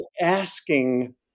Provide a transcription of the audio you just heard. asking